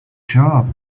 job